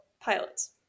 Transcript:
pilots